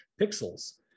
pixels